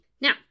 Now